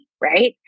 Right